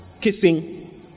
kissing